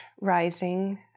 rising